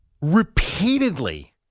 Repeatedly